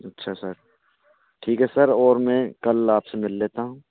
अच्छा सर ठीक है सर और मैं कल आपसे मिल लेता हूँ